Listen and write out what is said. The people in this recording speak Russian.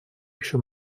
еще